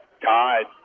Todd